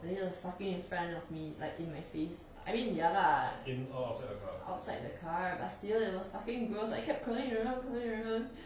the lizard was fucking in front of me like in my face I mean ya lah outside the car but still it was fucking gross like it kept crawling around crawling around